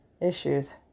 issues